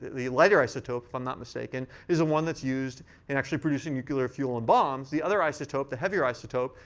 the lighter isotope, if i'm not mistaken, is the one that's used in actually producing nuclear fuel in bombs. the other isotope, the heavier isotope,